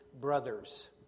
brothers